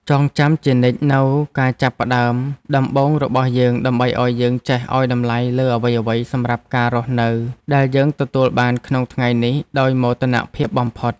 ចងចាំជានិច្ចនូវការចាប់ផ្ដើមដំបូងរបស់យើងដើម្បីឱ្យយើងចេះឱ្យតម្លៃលើអ្វីៗសម្រាប់ការរស់នៅដែលយើងទទួលបានក្នុងថ្ងៃនេះដោយមោទនភាពបំផុត។